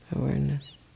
awareness